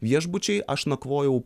viešbučiai aš nakvojau